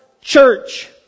church